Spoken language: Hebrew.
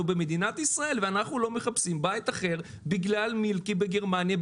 במדינת ישראל ואנחנו לא מחפשים בית אחר בגלל מילקי בגרמניה,